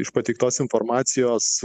iš pateiktos informacijos